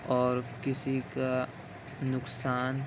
اور کسی کا نقصان